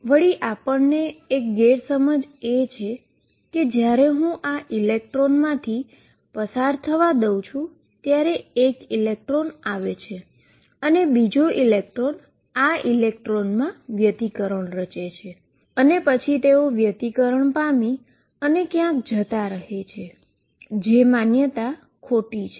વળી એક ગેરસમજ એ છે કે જ્યારે હું આ ઇલેક્ટ્રોનમાંથી પસાર થવા દઉં છું ત્યારે એક ઇલેક્ટ્રોન આવે છે અને બીજો ઇલેક્ટ્રોન આ ઇલેક્ટ્રોનમાં ઈન્ટરફીઅરન્સ રચે છે અને પછી તેઓ ઈન્ટરફીઅરન્સ પામી અને ક્યાંક જતાં રહે છે જે ખોટી માન્યતા છે